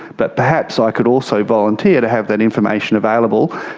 but perhaps i could also volunteer to have that information available,